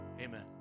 Amen